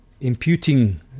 imputing